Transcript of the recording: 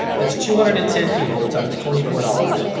that's two hundred and ten people times twenty four dollars,